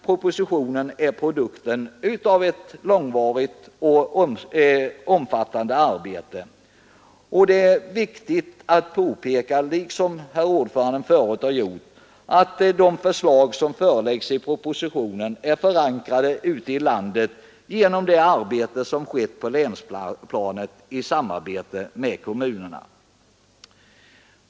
Propositionen är produkten av ett långvarigt och omfattande arbete. Det är viktigt att påpeka — liksom utskottets ordförande förut har gjort — att de förslag som föreläggs i propositionen är förankrade ute i landet genom det arbete som skett på länsplanet i samarbete med kommunerna.